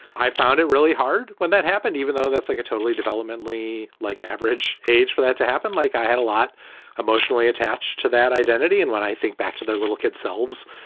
i found it really hard when that happened, even though that's like a totally developmentally, like average age for that to happen. like, i had a lot emotionally attached to that identity. and when i think back to their little kids selves.